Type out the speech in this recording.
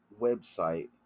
website